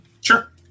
sure